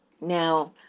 Now